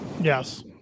Yes